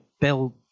bill